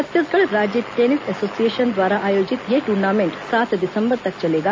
छत्तीसगढ़ राज्य tennis association द्वारा आयोजित यह टूर्नामेंट सात दिसंबर तक चलेगा